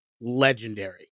legendary